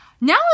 Now